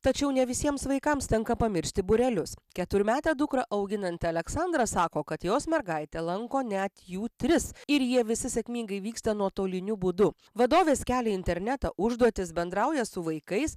tačiau ne visiems vaikams tenka pamiršti būrelius keturmetę dukrą auginanti aleksandra sako kad jos mergaitė lanko net jų tris ir jie visi sėkmingai vyksta nuotoliniu būdu vadovės kelią į internetą užduotis bendrauja su vaikais